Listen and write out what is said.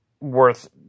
worth